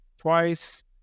twice